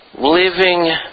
living